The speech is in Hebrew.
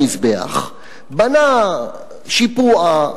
בנה שיפוע,